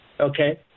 Okay